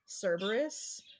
Cerberus